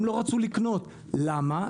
הם לא רצו לקנות, למה?